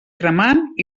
cremant